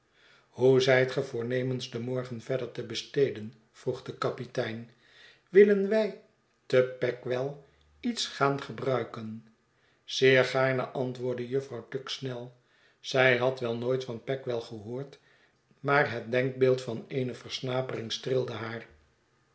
hoe zijt gij voornemens den morgen verder te besteden vroeg de kapitein willen wij te peg well iets gaan gebruiken zeer gaarne antwoordde jufvrouw tuggs snel zij had wel nooit van peg well gehoord maar het denkbeeld van eene versnapering streelde haar